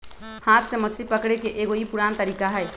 हाथ से मछरी पकड़े के एगो ई पुरान तरीका हई